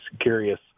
curious